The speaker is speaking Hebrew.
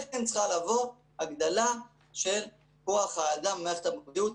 הגדלה של כוח האדם במערכת הבריאות.